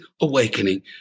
awakening